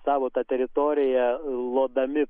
savo tą teritoriją lodami